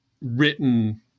written